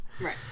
right